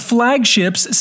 Flagships